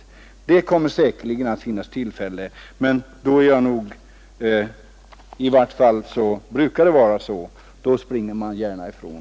Men när sådana tillfällen ges brukar man dra sig undan.